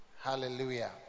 hallelujah